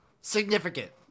significant